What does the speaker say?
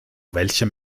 welchem